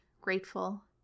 grateful